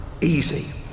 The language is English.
easy